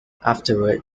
afterward